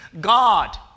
God